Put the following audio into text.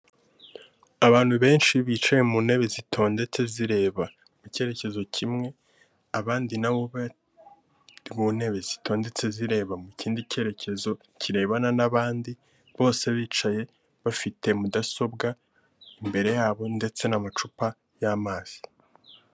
Abantu benshi bicaye mu ntebe zitondetse zireba mu cyerekezo kimwe, abandi nabo bari mu ntebe zitondetse zireba mu kindi cyerekezo kirebana n'abandi, bose bicaye bafite mudasobwa imbere yabo, ndetse n'amacupa y'amazi.